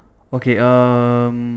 okay um